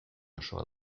osoa